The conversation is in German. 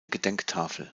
gedenktafel